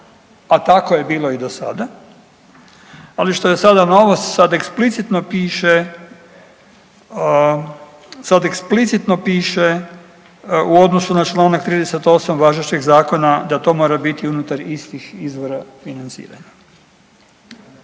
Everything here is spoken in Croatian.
a tako je bilo i do sada, ali što je sada novo, sad eksplicitno piše, sad eksplicitno piše u odnosu na čl. 28 važećeg zakona da to mora biti unutar istih izvora financiranja.